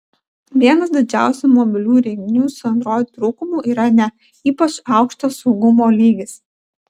vienas didžiausių mobilių įrenginių su android trūkumų yra ne ypač aukštas saugumo lygis